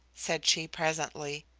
said she presently,